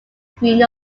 green